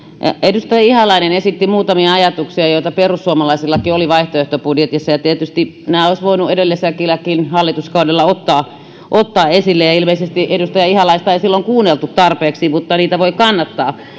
edustaja ihalainen esitti muutamia ajatuksia joita perussuomalaisillakin oli vaihtoehtobudjetissa ja tietysti nämä olisi voinut edelliselläkin hallituskaudella ottaa ottaa esille ilmeisesti edustaja ihalaista ei silloin kuunneltu tarpeeksi mutta niitä voi kannattaa